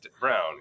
Brown